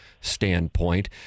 standpoint